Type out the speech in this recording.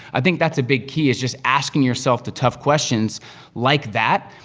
i think that's a big key is just askin' yourself the tough questions like that,